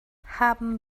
haben